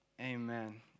Amen